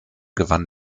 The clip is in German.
gewann